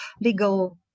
legal